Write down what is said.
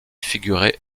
figuré